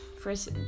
first